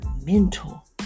mental